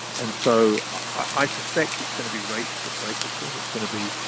and so i suspect it's going to be rates to break this thing. it's going to be